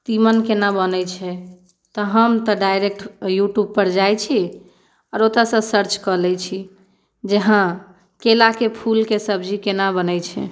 तीमन केना बनैत छै तऽ हम तऽ डायरेक्ट यूट्यूबपर जाइत छी आओर ओतयसँ सर्च कऽ लैत छी जे हँ केलाके फूलके सब्जी केना बनैत छै